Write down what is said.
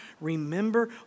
remember